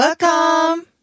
Welcome